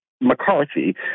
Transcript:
McCarthy